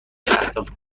اهداف